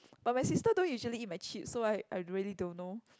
but my sister don't usually eat my chips so I I really don't know